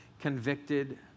convicted